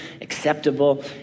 acceptable